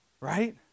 Right